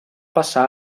passar